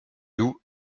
loup